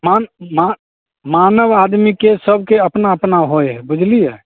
मा मा मानव आदमीके सबके अपना अपना होयत हए बुझलियै